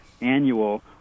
annual